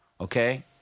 okay